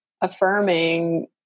Affirming